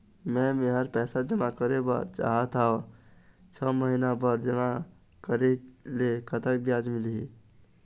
मे मेहर पैसा जमा करें बर चाहत हाव, छह महिना बर जमा करे ले कतक ब्याज मिलही?